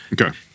Okay